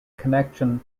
connection